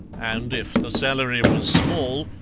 and if the salary was small,